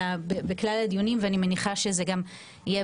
אלא בכלל הדיונים ואני מניחה שזה יהיה